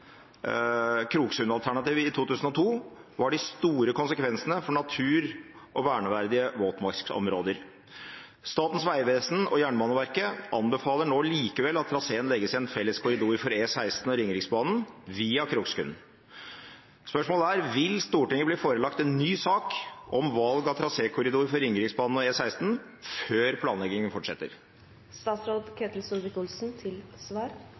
Kroksund-alternativet i 2002 var de store konsekvensene for natur og verneverdige våtmarksområder. Statens vegvesen og Jernbaneverket anbefaler nå at traseen likevel legges i en felles korridor for E16 og Ringeriksbanen via Kroksund. Vil Stortinget bli forelagt en ny sak om valg av trasékorridor for Ringeriksbanen og E16 før